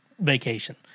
vacation